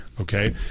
Okay